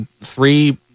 three